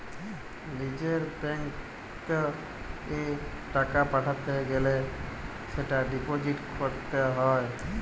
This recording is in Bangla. লিজের ব্যাঙ্কত এ টাকা পাঠাতে গ্যালে সেটা ডিপোজিট ক্যরত হ্য়